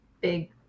big